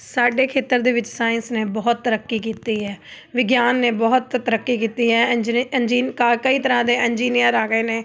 ਸਾਡੇ ਖੇਤਰ ਦੇ ਵਿੱਚ ਸਾਇੰਸ ਨੇ ਬਹੁਤ ਤਰੱਕੀ ਕੀਤੀ ਹੈ ਵਿਗਿਆਨ ਨੇ ਬਹੁਤ ਤਰੱਕੀ ਕੀਤੀ ਹੈ ਇੰਜੀਨ ਇੰਜੀਨੀ ਕਾ ਕਈ ਤਰ੍ਹਾਂ ਦੇ ਇੰਜੀਨੀਅਰ ਆ ਗਏ ਨੇ